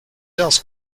else